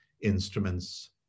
instruments